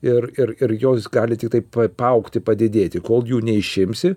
ir ir ir jos gali tiktai pa paaugti padidėti kol jų neišimsi